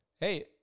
Hey